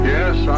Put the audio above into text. Yes